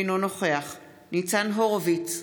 אינו נוכח ניצן הורוביץ,